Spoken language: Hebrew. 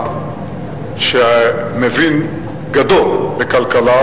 שהוא מבין גדול בכלכלה,